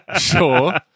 Sure